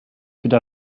could